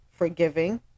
forgiving